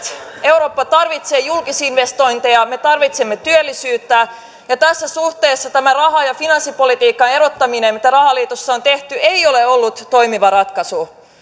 eurooppa tarvitsee julkisinvestointeja me tarvitsemme työllisyyttä ja tässä suhteessa tämä raha ja finanssipolitiikan erottaminen mitä rahaliitossa on tehty ei ole ollut toimiva ratkaisu